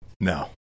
No